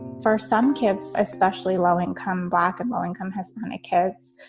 for some kids, especially low income, black and low income hispanic kids,